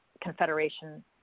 confederation